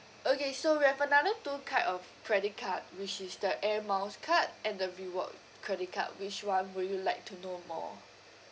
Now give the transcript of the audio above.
okay so we have another two type of credit card which is the air miles card and the reward credit card which one would you like to know more